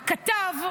ה"כתב",